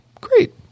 Great